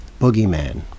Boogeyman